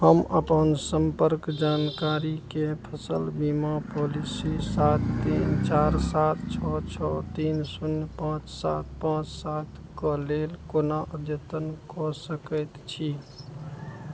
हम अपन सम्पर्क जानकारीके फसल बीमा पॉलिसी सात तीन चार सात छओ छओ तीन शून्य पाँच सात पाँच सात कऽ लेल कोना अद्यतन कऽ सकैत छी